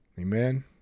Amen